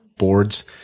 Boards